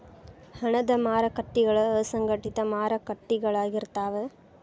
ಹಣದ ಮಾರಕಟ್ಟಿಗಳ ಅಸಂಘಟಿತ ಮಾರಕಟ್ಟಿಗಳಾಗಿರ್ತಾವ